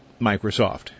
Microsoft